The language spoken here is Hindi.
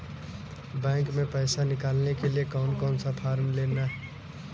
बैंक में पैसा निकालने के लिए कौन सा फॉर्म लेना है?